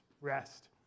rest